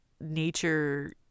nature